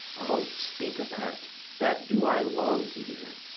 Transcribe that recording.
o, speak of that that do i long to hear.